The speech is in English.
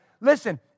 Listen